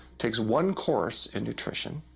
takes one course in nutrition,